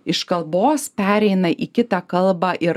iš kalbos pereina į kitą kalbą ir